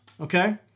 okay